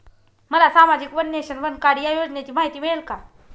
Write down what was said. मला सामाजिक one nation, one card या योजनेची माहिती मिळेल का?